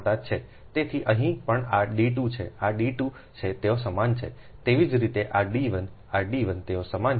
તેથી અહીં પણ આ d2 છે આ d2 છે તેઓ સમાન છે તેવી જ રીતે આ d1 આ d1 તેઓ સમાન છે